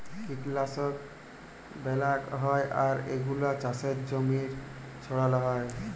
কীটলাশক ব্যলাক হ্যয় আর এগুলা চাসের জমিতে ছড়াল হ্য়য়